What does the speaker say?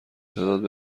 تعداد